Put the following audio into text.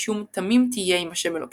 משום 'תמים תהיה עם ה' אלוקיך'.